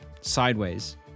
sideways